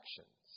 actions